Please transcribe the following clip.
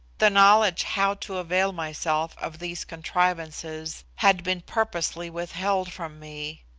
the knowledge how to avail myself of these contrivances had been purposely withheld from me.